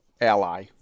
ally